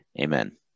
amen